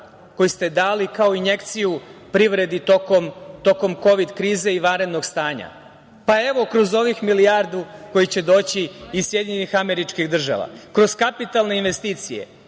koje ste dali kao injekciju privredi tokom kovid krize i vanrednog stanja? Pa evo kroz ovih milijardu koje će doći iz SAD, kroz kapitalne investicije.